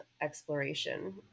exploration